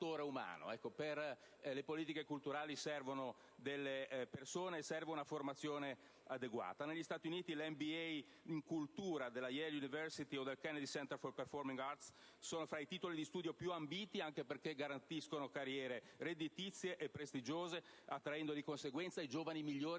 per le politiche culturali servono persone con una formazione adeguata. Negli Stati Uniti, l'MBA in cultura della Yale University o del Kennedy Center for Performing Arts sono fra i titoli di studio più ambiti, anche perché garantiscono carriere redditizie e prestigiose, attraendo di conseguenza i giovani migliori